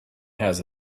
has